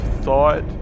thought